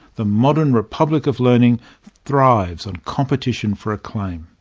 the modern republic of learning thrives on competition for acclaim.